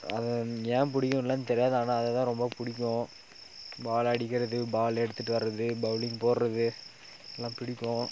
அது ஏன் பிடிக்குன்லாம் தெரியாது ஆனால் அது தான் ரொம்ப பிடிக்கும் பால் அடிக்கிறது பால் எடுத்துட்டு வரது பௌலிங் போடுகிறது எல்லாம் பிடிக்கும்